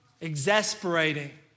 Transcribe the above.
exasperating